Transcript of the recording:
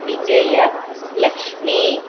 Vijayalakshmi